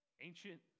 ancient